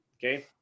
Okay